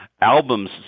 Albums